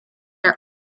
are